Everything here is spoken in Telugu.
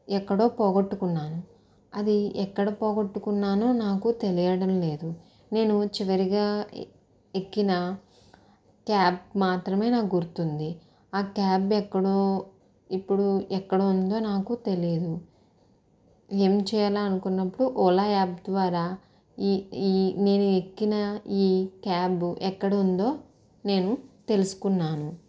ఎక్కడో పోగొట్టుకున్నాను అది ఎక్కడ పోగొట్టుకున్నానో నాకు తెలియడం లేదు నేను చివరిగా ఎక్కిన క్యాబ్ మాత్రమే నాకు గుర్తుంది ఆ క్యాబ్ ఎక్కడో ఇప్పుడు ఎక్కడ ఉందో నాకు తెలియదు ఏం చేయాలనుకున్నప్పుడు ఓలా యాప్ ద్వారా ఈ ఈ నేను ఎక్కిన ఈ క్యాబ్ ఎక్కడ ఉందో నేను తెలుసుకున్నాను